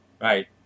right